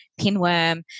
pinworm